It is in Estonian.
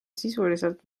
sisuliselt